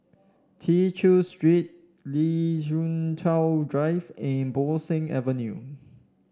Tew Chew Street Lien Ying Chow Drive and Bo Seng Avenue